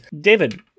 David